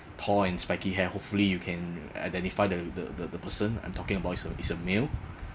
tall and spiky hair hopefully you can identify the the the the person I'm talking about is a is a male